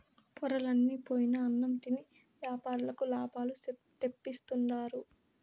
పొరలన్ని పోయిన అన్నం తిని యాపారులకు లాభాలు తెప్పిస్తుండారు